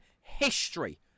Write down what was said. history